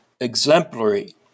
exemplary